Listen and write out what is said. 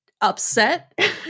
upset